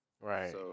Right